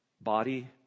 body